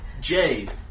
jade